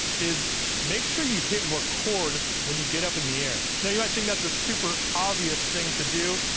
is make sure you hit record when you get up in the air. now, you might think that's a super obvious thing to do,